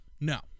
No